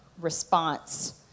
response